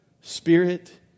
Spirit